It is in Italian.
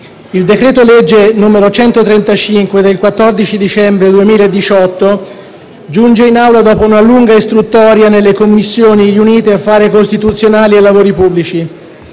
il decreto-legge n. 135 del 14 dicembre 2018 giunge in Aula dopo una lunga istruttoria nelle Commissioni riunite affari costituzionali e lavori pubblici.